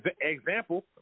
example